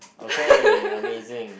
okay amazing